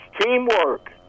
teamwork